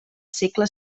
segle